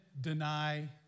deny